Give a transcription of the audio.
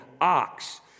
ox